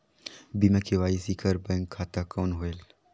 बिना के.वाई.सी कर बैंक खाता कौन होएल?